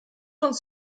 uns